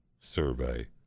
survey